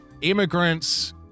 immigrants